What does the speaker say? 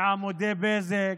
מעמודי בזק,